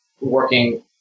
working